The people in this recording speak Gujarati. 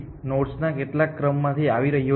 તે નોડ્સના કેટલાક ક્રમમાંથી આવી રહ્યો છે